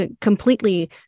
completely